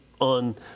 on